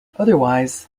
otherwise